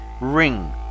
Ring